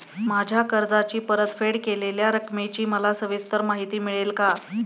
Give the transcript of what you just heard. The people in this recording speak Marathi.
माझ्या कर्जाची परतफेड केलेल्या रकमेची मला सविस्तर माहिती मिळेल का?